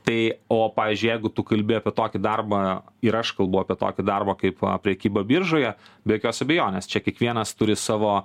tai o pavyzdžiui jeigu tu kalbi apie tokį darbą ir aš kalbu apie tokį darbą kaip prekyba biržoje be jokios abejonės čia kiekvienas turi savo